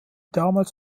damals